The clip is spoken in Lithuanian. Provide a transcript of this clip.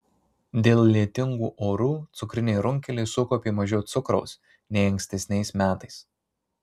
dėl lietingų orų cukriniai runkeliai sukaupė mažiau cukraus nei ankstesniais metais